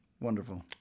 Wonderful